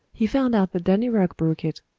he found out that danny rugg broke it.